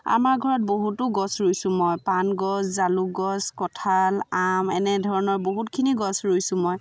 আমাৰ ঘৰত বহুতো গছ ৰুইছোঁ মই পান গছ জালুক গছ কঁঠাল আম এনেধৰণৰ বহুতখিনি গছ ৰুইছোঁ মই